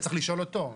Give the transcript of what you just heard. אני צריך לשאול אותו.